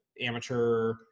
amateur